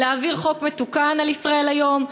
להעביר חוק מתוקן על "ישראל היום"?